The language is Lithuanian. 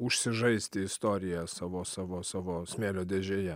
užsižaisti istorija savo savo savo smėlio dėžėje